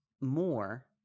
more